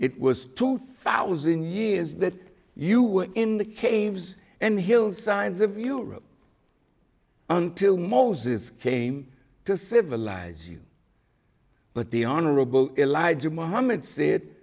it was two thousand years that you were in the caves and hillsides of europe until moses came to civilize you but the honorable elijah muhammad said